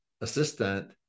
assistant